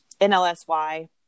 NLSY